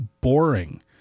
boring